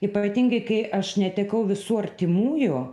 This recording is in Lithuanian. ypatingai kai aš netekau visų artimųjų